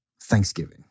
thanksgiving